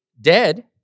dead